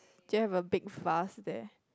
do you have a big vase there